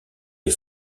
les